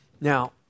Now